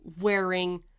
wearing